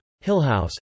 Hillhouse